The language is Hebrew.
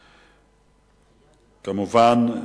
כמובן,